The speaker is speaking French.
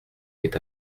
est